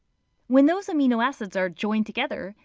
when those amino acids are joined together,